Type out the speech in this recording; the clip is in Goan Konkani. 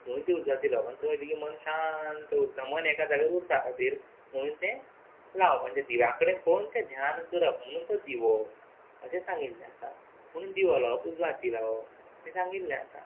म्हुणून ते उजावाती लावप आन थंय वयतगी मन शांत उरता मन एका जाग्यार उरपा खातीर म्हुणून तें लावप आन ते दिव्या कडेन पळोवन तें ध्यान करप म्हुणून तो दिवो अशें सांगिल्लें आसा म्हुणून दिवो लावप उजवाती लावप हें सांगिल्लें आसा